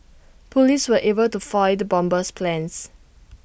Police were able to foil the bomber's plans